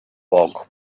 bulk